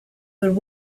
would